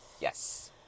Yes